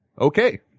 Okay